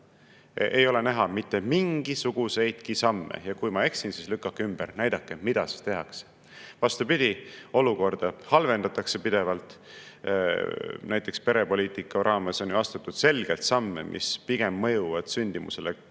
Ei ole näha mitte mingisuguseidki samme. Kui ma eksin, siis lükake ümber, näidake, mida tehakse. Vastupidi, olukorda halvendatakse pidevalt. Näiteks perepoliitika raames on astutud selgelt samme, mis pigem mõjuvad sündimusele